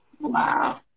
wow